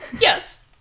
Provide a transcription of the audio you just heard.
Yes